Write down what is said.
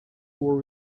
were